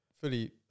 fully